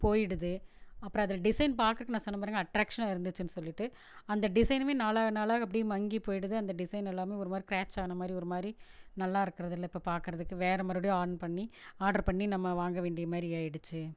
போய்விடுது அப்புறம் அதுல டிசைன் பார்க்கறக்கு நான் சொன்னப் பாருங்கள் அட்ராக்ஷனாக இருந்துச்சுன்னு சொல்லிவிட்டு அந்த டிசைனுமே நாளாக நாளாக அப்படியே மங்கிப் போய்டுது அந்த டிசைன் எல்லாமே ஒரு மாரி க்ராச் ஆன மாரி ஒரு மாரி நல்லா இருக்கறதில்லை இப்போ பார்க்கறதுக்கு வேறு மறுபடியும் ஆன் பண்ணி ஆர்டர் பண்ணி நம்ம வாங்க வேண்டிய மாரி ஆய்டுச்சு